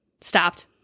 stopped